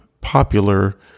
popular